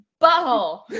butthole